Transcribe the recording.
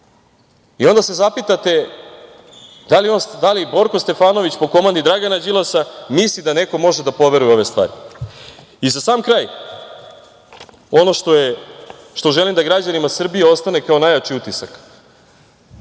Onda se zapitate da li Borko Stefanović po komandi Dragana Đilasa misli da neko može da poveruje u ove stvari.Za sam kraj, ono što želim da građanima Srbije ostane kao najjači utisak